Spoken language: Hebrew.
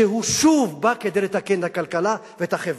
ששוב, הוא בא כדי לתקן את הכלכלה ואת החברה.